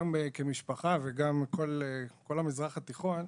גם כמשפחה וגם כל המזרח התיכון.